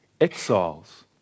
exiles